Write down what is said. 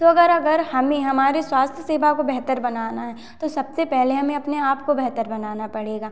तो अगर अगर हमें हमारे स्वास्थ्य सेवाओं को बेहतर बनाना है तो सबसे पहले हमें अपने आपको बेहतर बनाना पड़ेगा